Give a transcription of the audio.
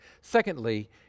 secondly